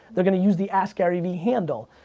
they're going to use the askgaryvee handle,